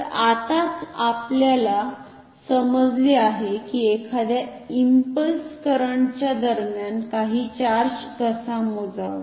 तर आत्ताच आपल्याला समजले आहे की एखाद्या इंपल्स करंट च्या दरम्यान काही चार्ज कसा मोजावा